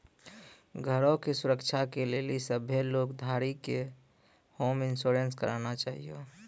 घरो के सुरक्षा के लेली सभ्भे लोन धारी के होम इंश्योरेंस कराना छाहियो